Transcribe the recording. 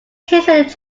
cases